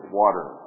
water